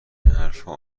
حرفها